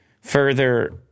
further